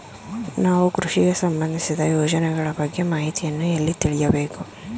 ನಾವು ಕೃಷಿಗೆ ಸಂಬಂದಿಸಿದ ಯೋಜನೆಗಳ ಬಗ್ಗೆ ಮಾಹಿತಿಯನ್ನು ಎಲ್ಲಿ ತಿಳಿಯಬೇಕು?